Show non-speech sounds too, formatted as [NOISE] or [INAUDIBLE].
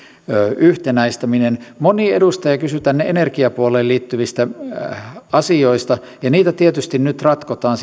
yhtenäistäminen moni edustaja kysyi tähän energiapuoleen liittyvistä asioista ja niitä tietysti nyt ratkotaan [UNINTELLIGIBLE]